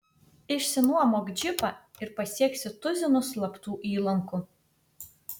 išsinuomok džipą ir pasieksi tuzinus slaptų įlankų